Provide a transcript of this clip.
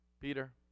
Peter